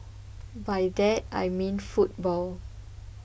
by that I mean football